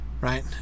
right